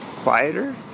quieter